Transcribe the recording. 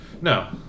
no